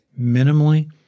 minimally